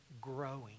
growing